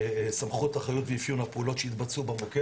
סמכות אחריות ואפיון הפעולות שיתבצעו במוקד.